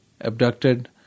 abducted